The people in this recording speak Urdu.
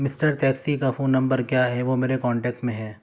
مسٹر ٹیکسی کا فون نمبر کیا ہے وہ میرے کانٹیکٹ میں ہے